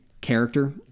character